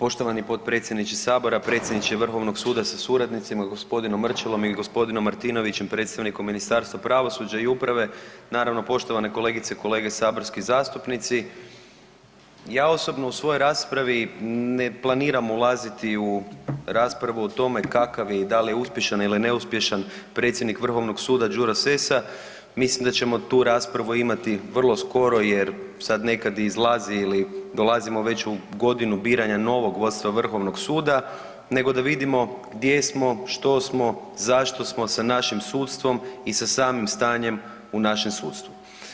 Poštovani potpredsjedniče sabora, predsjedniče Vrhovnog suda sa suradnicima gospodinom Mrčelom i gospodinom Martinovićem predstavnikom Ministarstva pravosuđa i uprave, naravno poštovane kolegice i kolege saborski zastupnici, ja osobno u svojoj raspravi ne planiram ulaziti u raspravu o tome kakav je i da li je uspješan ili neuspješan predsjednik Vrhovnog suda Đuro Sessa, mislim da ćemo tu raspravu imati vrlo skoro jer sad nekad i izlazi ili dolazimo već u godinu biranja novog vodstva Vrhovnog suda, nego da vidimo gdje smo, što smo, zašto smo sa našim sudstvom i sa samim stanjem u našem sudstvu.